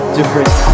Different